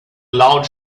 loud